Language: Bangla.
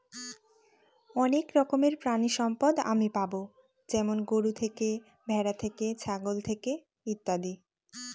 অনেক রকমের প্রানীসম্পদ আমি পাবো যেমন গরু থেকে, ভ্যাড়া থেকে, ছাগল থেকে ইত্যাদি